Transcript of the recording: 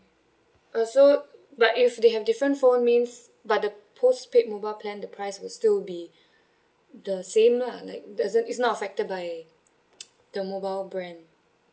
uh so but if they have different phone means but the postpaid mobile plan the price will still be the same lah like doesn't it's not affected by the mobile brand